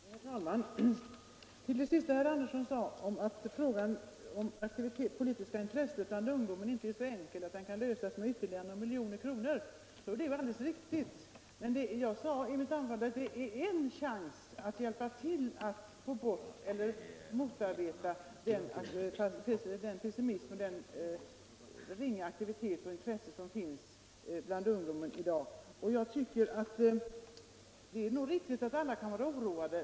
Herr talman! Det senaste herr Andersson i Lycksele sade — att frågan om det politiska intresset bland ungdomen inte är så enkel att den kan lösas med ytterligare några miljoner kronor — är ju alldeles riktigt. Men jag sade i mitt anförande att det är en chans att hjälpa till att motverka den pessimism och den brist på aktivitet och intresse som finns bland ungdomen i dag. Det är nog riktigt att alla kan vara oroade.